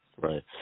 Right